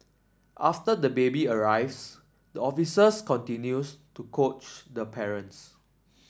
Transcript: after the baby arrives the officers continues to coach the parents